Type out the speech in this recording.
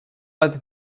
let